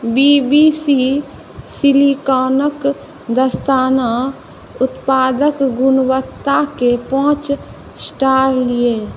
B V C सिलिकॉनक दस्ताना उत्पादक गुणवत्ताके पांच स्टार दिअ